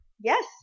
Yes